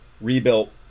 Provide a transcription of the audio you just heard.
rebuilt